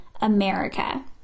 America